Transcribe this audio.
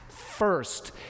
First